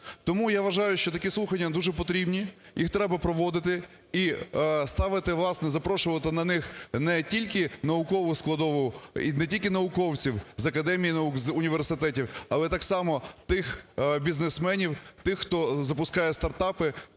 Тому я вважаю, що такі слухання дуже потрібні, їх треба проводити і ставити, власне, запрошувати на них не тільки наукову складову, не тільки науковців з Академії наук, з університетів, але так само тих бізнесменів, тих, хто запускає стартапи,